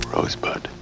Rosebud